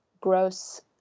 gross